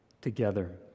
together